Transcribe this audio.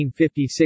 1956